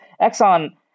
Exxon